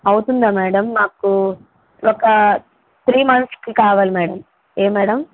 అవుతుందా మ్యాడమ్ మాకు ఒక త్రీ మంత్స్కి కావాలి మ్యాడమ్ ఏ మ్యాడమ్